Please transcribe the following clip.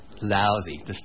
lousy